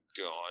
God